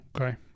okay